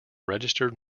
registered